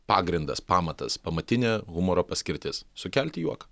pagrindas pamatas pamatinė humoro paskirtis sukelti juoką